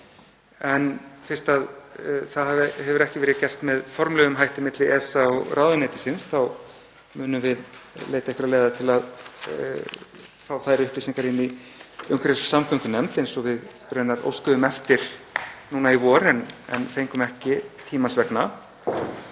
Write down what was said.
Fyrst það hefur ekki verið gert með formlegum hætti milli ESA og ráðuneytisins þá munum við leita einhverra leiða til að fá þær upplýsingar inn í umhverfis- og samgöngunefnd, eins og við raunar óskuðum eftir núna í vor en fengum ekki tímans vegna.